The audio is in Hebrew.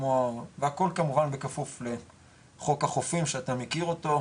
והכל כמובן כפוף לחוק החופים שאתה מכיר אותו,